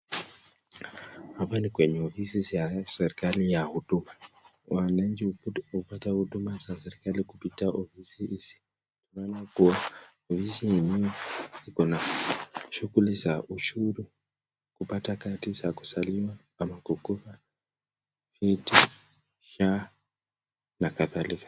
Hapa ni ofisi ya serikalii ya Huduma wananchi hupata Huduma kwa ofisi hizi tunaona kuwa ofisi shughuli za ushuru kupata kadi za kuzaliwa ama kukufa SHA na kadhalika.